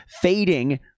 fading